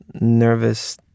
nervous